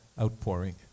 outpouring